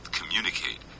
communicate